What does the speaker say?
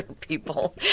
people